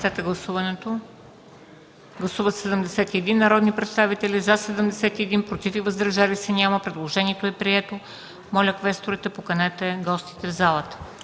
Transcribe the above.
Гласували 71 народни представители: за 71, против и въздържали се няма. Предложението е прието. Моля, квесторите, поканете гостите в залата.